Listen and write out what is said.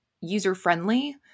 user-friendly